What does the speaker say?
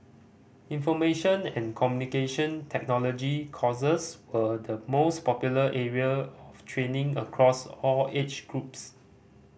Information and Communication Technology courses were the most popular area of training across all age groups